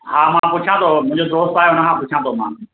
हा मां पुछां थो मुहिंजो दोस्त आहे उनखां पुछांं थो मां